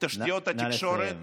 תשתיות התקשורת, נא לסיים.